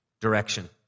direction